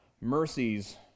mercies